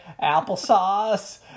applesauce